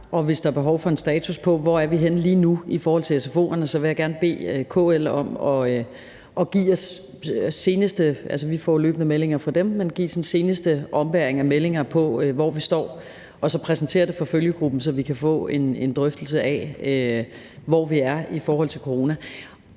vil jeg gerne bede KL om – vi får jo løbende meldinger fra dem – at give os sin seneste ombæring af meldinger på, hvor vi står, og så præsentere det for følgegruppen, så vi kan få en drøftelse af, hvor vi er i forhold til corona.